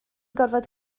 gorfod